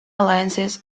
alliances